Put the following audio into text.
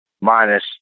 minus